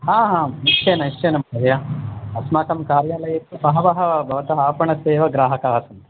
हा हा निश्चयेन निश्चयेन महोदय अस्माकं कार्यालये तु बहवः भवतः आपणस्य एव ग्राहकाः सन्ति